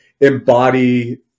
embody